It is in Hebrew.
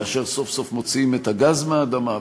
כאשר סוף-סוף מוציאים את הגז מהאדמה,